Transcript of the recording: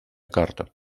карта